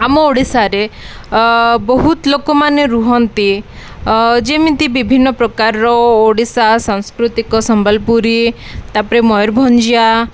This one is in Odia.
ଆମ ଓଡ଼ିଶାରେ ବହୁତ ଲୋକମାନେ ରୁହନ୍ତି ଯେମିତି ବିଭିନ୍ନ ପ୍ରକାରର ଓଡ଼ିଶା ସାଂସ୍କୃତିକ ସମ୍ବଲପୁରୀ ତା'ପରେ ମୟୂରଭଞ୍ଜିଆ